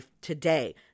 Today